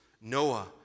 Noah